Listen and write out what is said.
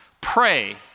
Pray